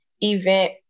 event